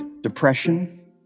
depression